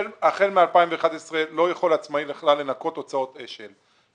מ-2011 לא יכול עצמאי בכלל לנכות הוצאות אש"ל.